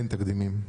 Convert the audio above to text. אין תקדימים.